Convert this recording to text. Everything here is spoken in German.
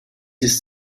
ist